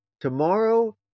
Tomorrow